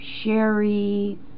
Sherry